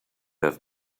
have